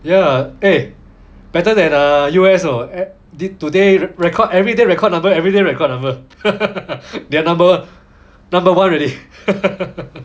ya eh better than err U_S you know air did today record everyday record number everyday record number their number number one already